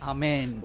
Amen